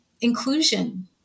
inclusion